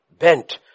bent